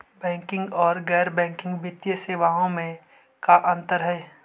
Banking और गैर banking वित्तीय सेवाओं में का अंतर हइ?